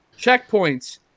checkpoints